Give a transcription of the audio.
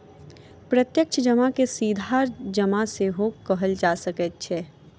प्रत्यक्ष जमा के सीधा जमा सेहो कहल जा सकैत अछि